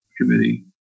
committee